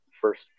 first